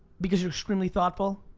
because you're extremely thoughtful,